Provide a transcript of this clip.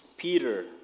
Peter